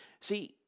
See